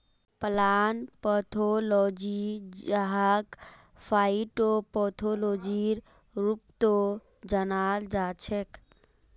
plant pathology जहाक फाइटोपैथोलॉजीर रूपतो जानाल जाछेक